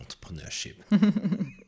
entrepreneurship